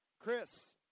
Chris